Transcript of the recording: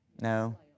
No